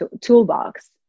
toolbox